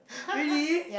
really